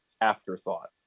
afterthought